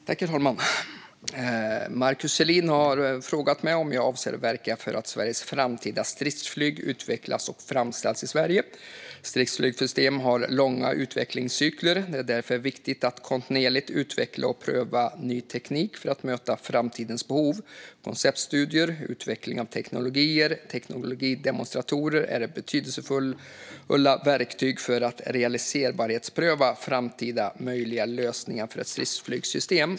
Herr talman! Markus Selin har frågat mig om jag avser att verka för att Sveriges framtida stridsflyg ska utvecklas och framställas i Sverige. Stridsflygsystem har långa utvecklingscykler. Det är därför viktigt att kontinuerligt utveckla och pröva ny teknik för att möta framtida behov. Konceptstudier, utveckling av teknologier och teknikdemonstratorer är betydelsefulla verktyg för att realiserbarhetspröva framtida möjliga lösningar av ett stridsflygsystem.